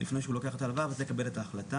לפני שהוא לוקח את ההלוואה, וזה יקבל את ההחלטה.